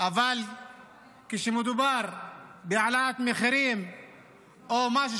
אבל כשמדובר בהעלאת מחירים או משהו